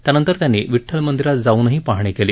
त्यानंतर त्यांनी विड्ठल मंदिरात जाऊनही पाहणी केली